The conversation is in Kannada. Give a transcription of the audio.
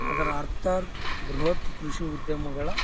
ಅದರ ಅರ್ಥ ಬೃಹತ್ ಕೃಷಿ ಉದ್ಯಮಗಳ